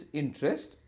interest